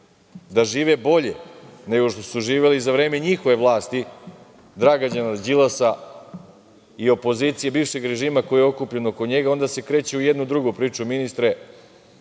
da žive bolje nego što su živeli za vreme njihove vlasti, Dragana Đilasa i opozicije bivšeg režima koja je okupljena oko njega, onda se kreće u jednu drugu priču, ministre.